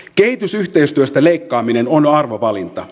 kehitysyhteistyöstä leikkaaminen on arvovalinta